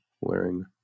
wearing